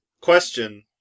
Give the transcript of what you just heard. Question